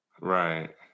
right